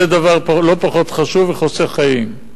זה דבר לא פחות חשוב וחוסך חיים.